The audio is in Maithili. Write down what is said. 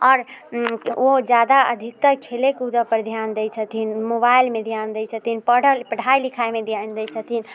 आओर ओ जादा अधिकतर खेलै कूदैपर ध्यान दै छथिन मोबाइलमे ध्यान दै छथिन पढ़ाइ लिखाइमे ध्यान दै छथिन